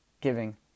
giving